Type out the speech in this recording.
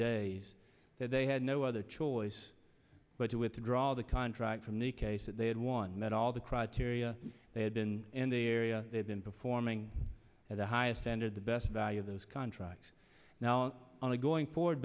days that they had no other choice but to withdraw the contract from the case that they had once met all the criteria they had been in the area they've been performing at the highest standard the best value of those contracts now on a going forward